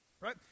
right